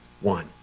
one